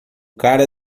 cara